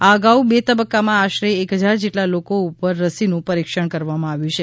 આ અગાઉ બે તબક્કામાં આશરે એક હજાર જેટલા લોકો ઉપર રસીનું પરીક્ષણ કરવામાં આવ્યું છે